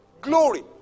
Glory